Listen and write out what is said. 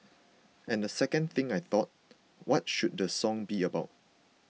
and the second thing I thought what should the song be about